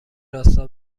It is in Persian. راستا